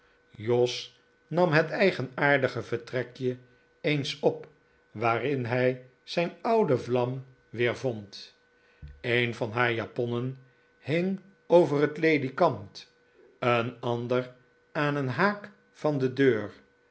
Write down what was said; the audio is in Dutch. jos nam het eigenaardige vertrekje eens op waarin hij zijn oude vlam weervond een van haar japonnen hing over het ledikant een ander aan een haak van de deur